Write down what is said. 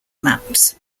maps